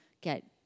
get